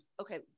okay